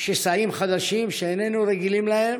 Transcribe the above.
שסעים חדשים שאיננו רגילים להם.